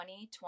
2020